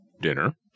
dinner